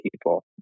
people